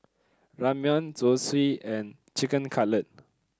Ramyeon Zosui and Chicken Cutlet